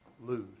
lose